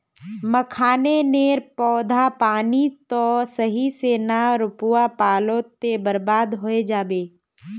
मखाने नेर पौधा पानी त सही से ना रोपवा पलो ते बर्बाद होय जाबे